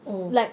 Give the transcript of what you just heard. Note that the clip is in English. oh